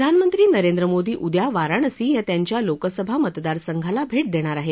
प्रधानमंत्री नरेंद्र मोदी उद्या वाराणसी या त्यांच्या लोकसभा मतदारसंघाला भेट देणार आहेत